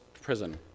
prison